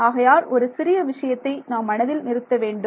ஆகையால் ஒரு சிறிய விஷயத்தை நாம் மனதில் நிறுத்த வேண்டும்